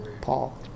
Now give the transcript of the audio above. Paul